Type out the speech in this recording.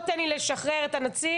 תן לי לשחרר את הנציב.